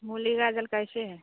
मूली गाजर कैसे है